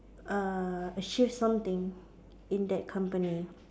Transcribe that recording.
uh she has something in that company